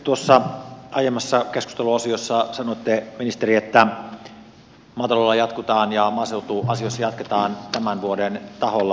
tuossa aiemmassa keskusteluosiossa sanoitte ministeri että maataloudella ja maaseutuasioissa jatketaan tämän vuoden tasolla